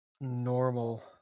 normal